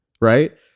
Right